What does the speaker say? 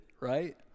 Right